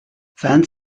vingt